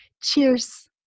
Cheers